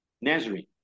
Nazarene